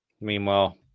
Meanwhile